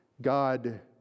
God